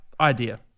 idea